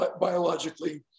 biologically